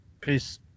Peace